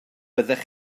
byddech